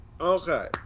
Okay